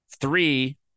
three